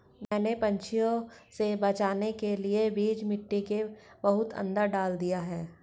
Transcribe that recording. मैंने पंछियों से बचाने के लिए बीज मिट्टी के बहुत अंदर डाल दिए हैं